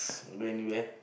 brand new wear